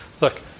Look